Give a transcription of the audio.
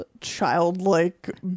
childlike